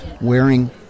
wearing